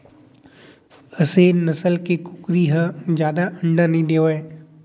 असेल नसल के कुकरी ह जादा अंडा नइ देवय